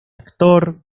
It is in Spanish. actor